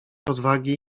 odwagi